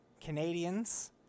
Canadians